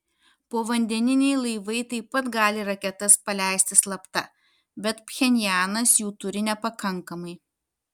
povandeniniai laivai taip pat gali raketas paleisti slapta bet pchenjanas jų turi nepakankamai